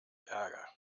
ärger